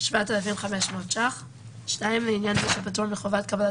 7,500 לעניין מי שפטור מחובת קבלן